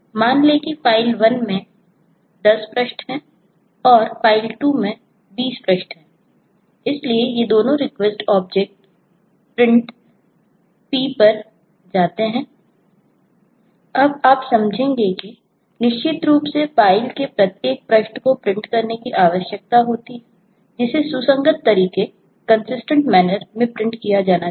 मान लें कि फ़ाइल 1 में 10 पृष्ठ हैं फ़ाइल 2 में 20 पृष्ठ हैं इसलिए ये दोनों रिक्वेस्ट कर रहे हैं तो स्थिति और भी खराब हो सकती है